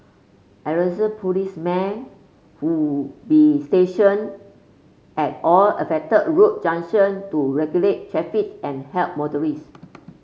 policemen would be stationed at all affected road junctions to regulate traffic and help motorists